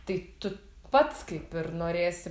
tai tu pats kaip ir norėsi